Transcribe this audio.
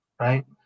right